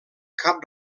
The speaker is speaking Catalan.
cap